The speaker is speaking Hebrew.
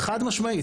חד משמעית.